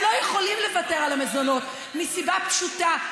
הם לא יכולים לוותר על המזונות מסיבה פשוטה: